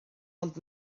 ond